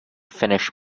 finished